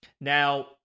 now